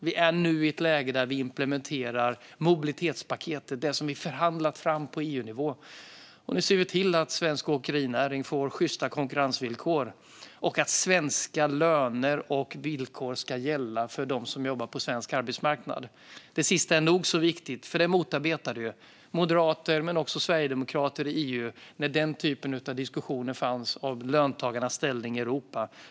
Vi är nu i ett läge där vi implementerar mobilitetspaketet, som vi förhandlat fram på EU-nivå. Nu ser vi till att svensk åkerinäring får sjysta konkurrensvillkor och att svenska löner och villkor gäller för dem som jobbar på svensk arbetsmarknad. Det sista är nog så viktigt, för det motarbetade ju moderater men även sverigedemokrater i EU när det fördes diskussioner om löntagarnas ställning i Europa.